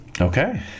Okay